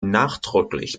nachdrücklich